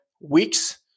weeks